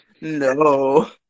No